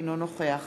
אינו נוכח